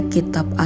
Kitab